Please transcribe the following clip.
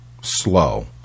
slow